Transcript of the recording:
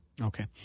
Okay